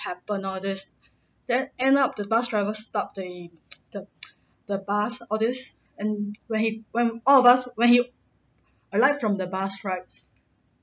happen all this then end up the bus driver stopped the the the bus all this and when he when all of us when he alight from the bus right